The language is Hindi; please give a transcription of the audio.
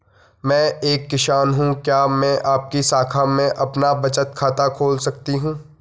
मैं एक किसान हूँ क्या मैं आपकी शाखा में अपना बचत खाता खोल सकती हूँ?